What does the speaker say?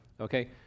Okay